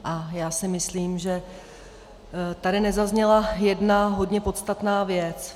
A já si myslím, že tady nezazněla jedna hodně podstatná věc.